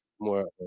more